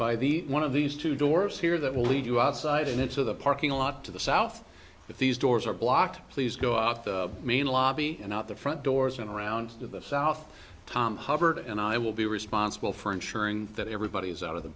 by the one of these two doors here that will lead you outside into the parking lot to the south but these doors are blocked please go out the main lobby and out the front doors and around to the south tom hubbard and i will be responsible for ensuring that everybody is out of the